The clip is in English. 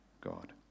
God